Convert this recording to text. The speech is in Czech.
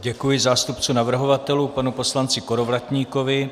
Děkuji zástupci navrhovatelů panu poslanci Kolovratníkovi.